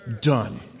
done